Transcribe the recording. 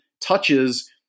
touches